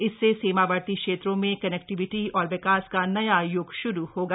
इससे सीमावर्ती क्षेत्रों में कनेक्टीविटी और विकास का नया य्ग श्रू होगा